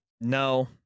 No